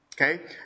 Okay